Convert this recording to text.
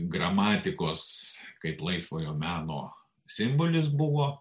gramatikos kaip laisvojo meno simbolis buvo